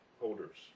holders